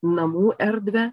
namų erdvę